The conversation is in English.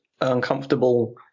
uncomfortable